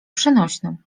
przenośnym